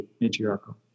matriarchal